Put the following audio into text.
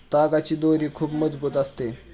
तागाची दोरी खूप मजबूत असते